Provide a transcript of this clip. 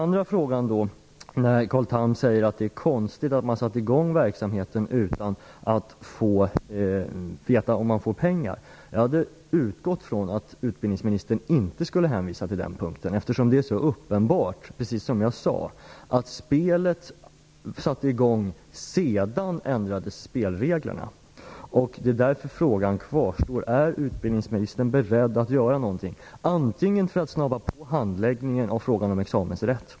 Carl Tham säger att det är konstigt att man har satt i gång verksamheten utan att veta om man får pengar. Jag hade utgått från att utbildningsministern inte skulle hänvisa till den punkten, eftersom det är så uppenbart - precis som jag redan sagt - att spelreglerna ändrades sedan spelet satts i gång. Därför kvarstår frågan: Är utbildningsministern beredd att göra något för att snabba på handläggningen av frågan om examensrätt?